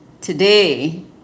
today